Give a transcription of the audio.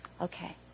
Okay